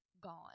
gone